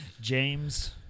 James